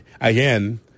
again